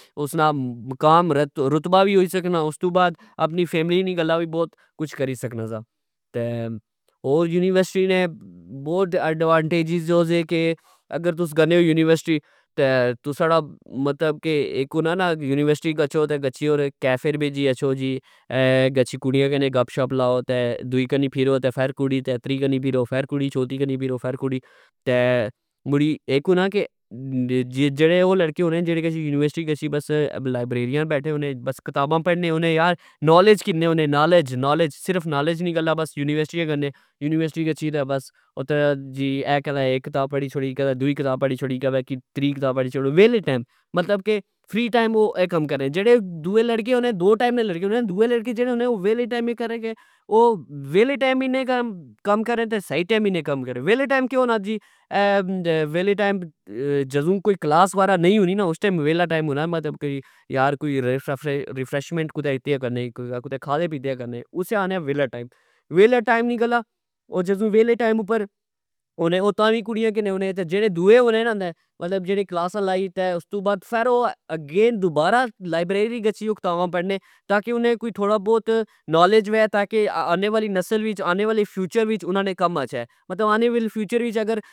اسنا مقام ,رتبا, وی ہوئی سکنا استو بعد اپنی فیملی نی گلہ وی بوت کج کری سکنا سا .تہ ہور یونیورسٹی نے بوت ایڈوانٹجیز ہو سے کہ اگر تس گنے او یونیورسٹی تہ تسا نا مطلب اک ہونا نا یونیورسٹی گچھوکیفے بئ اچھو جی گچھی کڑیاں گنے گپ شپ لاودوئی کنی فرو تہ فر کڑی تری پھر فرکڑی چوتھی پھو فر کڑی تہ مڑی اک ہونا کہ جیڑے او لڑکے ہونے جیڑے یونیورسٹی گچھی بس لئبریریاں بیٹھے ہونے ,بس کتابا پڑھنے ہونے ,یانالج کنے ہونے ,نالج نالج صرف نلج نی گلہ یونیورسٹی گلنے یونیورسٹی گچھی تہ بس اتھہ کدہ اے کتاب پڑی شوڑی کرہ دوئی کتاب پڑی شوڑی کدہتری کتاب پڑی شوڑی ویلے ٹئم ,مطلب فری ٹئم او اے کم کرنے جیڑے دؤئے لڑکے ہونے دو ٹئپ نے لڑکے ہونے جیڑے دوئے لڑکے ہونے او وہلے ٹئم اے کرنے کہ او ویلے ٹئم نے کم کرنے تہ سہی ٹئم وی نئی کم کرنے ویلے ٹئم کہ ہونا جی .ویلے ٹئم جدو کوئی کلاس وغیرہ نی ہونی نا اس ٹئم ویلا ٹئم ہونا یار کوئی ریفرشمینٹ کدہ کیتی, آ کہ نئی کھادا پیتا کرنے اسے آکھنے آ ویلا ٹئم ویلے ٹئم نی اے گل آاو جدو ویلے ٹئم ہونے ادو وی کڑیاکنے ہونے جیڑے دؤے ہونے نا جیڑے کلاساں لائی تہ استو بعد او اگین دوبارا لائبریری گچھی او کتابا پڑھنے .تاکہ انے کوئی تھوڑا بہت نالج وہہ تاکہ آنے والی نسل وچ آنے والے فیوچر وچ انا نے کم اچھہ مطلب آنے والے فیوچر وچ اگر